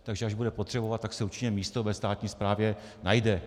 Takže až bude potřebovat, tak se určitě místo ve státní správě najde.